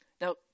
Now